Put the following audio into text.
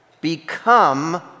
become